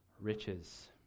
riches